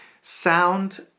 sound